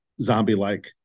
zombie-like